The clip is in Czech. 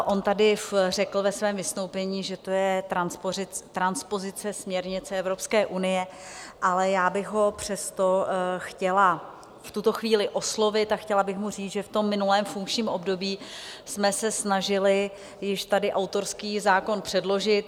On tady řekl ve svém vystoupení, že to je transpozice směrnice Evropské unie, ale já bych ho přesto chtěla v tuto chvíli oslovit a chtěla bych mu říct, že v minulém funkčním období jsme se snažili již tady autorský zákon předložit.